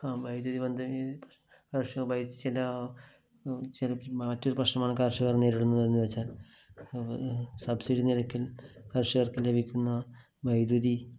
വൈദ്യുതിബന്ധം കർഷക വൈദ്യുതി ചില ചില മറ്റ് പ്രശ്നമാണ് കർഷകർ നേരിടുന്നതെന്ന് വെച്ചാൽ അത് സബ്സിഡി നിരക്കിൽ കർഷകർക്ക് ലഭിക്കുന്ന വൈദ്യുതി